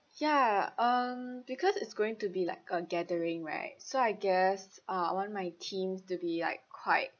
ya um because it's going to be like a gathering right so I guess uh I want my themes to be like quite